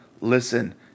listen